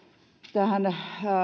tähän